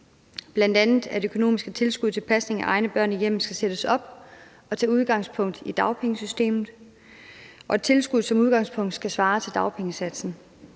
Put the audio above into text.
bl.a., at økonomiske tilskud til pasning af egne børn i hjemmet skal sættes op og tage udgangspunkt i dagpengesystemet, og at tilskuddet som udgangspunkt skal svare til dagpengesatsen.